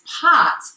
pot